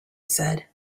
said